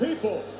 People